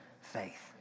faith